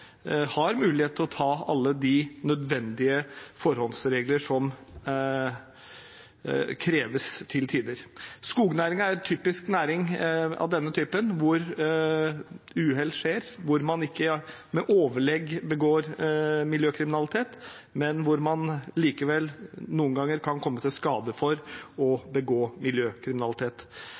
har mulighet til å ta alle de nødvendige forholdsreglene som til tider kreves. Skognæringen er en typisk næring av denne typen, hvor uhell skjer, hvor man ikke med overlegg begår miljøkriminalitet, men hvor man likevel noen ganger kan komme i skade for å begå miljøkriminalitet.